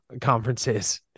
conferences